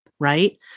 right